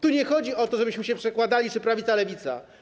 Tu nie chodzi o to, żebyśmy się przekładali: czy prawica, czy lewica.